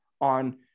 on